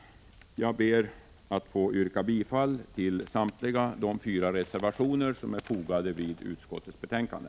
Jag ber att få yrka bifall till samtliga fyra reservationer som fogats till utskottets betänkande.